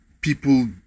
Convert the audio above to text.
people